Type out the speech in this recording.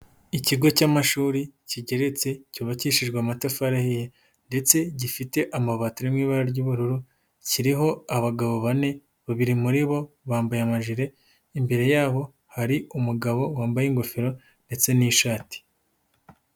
Ikigo cy'amashuri, kigeretse, cyubakishijwe amatafari ahiye ndetse gifite amabati ari mu ibara ry'ubururu, kiriho abagabo bane, babiri muri bo bambaye amajire, imbere yabo hari umugabo wambaye ingofero ndetse n'ishati.